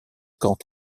camp